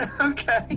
Okay